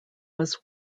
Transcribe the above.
was